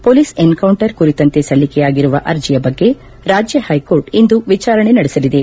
police encounter ಕುರಿತಂತೆ ಸಲ್ಲಿಕೆಯಾಗಿರುವ ಅರ್ಜಿಯ ಬಗ್ಗೆ ರಾಜ್ಯ ಹೈಕೋರ್ಟ್ ಇಂದು ವಿಚಾರಣೆ ನಡೆಸಲಿದೆ